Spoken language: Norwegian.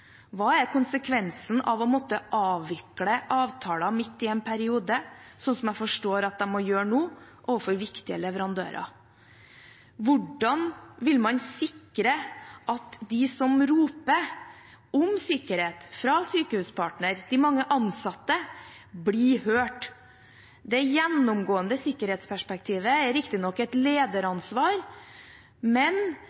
konsekvensen av å måtte avvikle avtaler midt i en periode, slik jeg forstår at de må gjøre nå overfor viktige leverandører? Hvordan vil man sikre at de som roper om sikkerhet, Sykehuspartner, de mange ansatte, blir hørt? Det gjennomgående sikkerhetsperspektivet er riktignok et